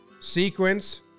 Sequence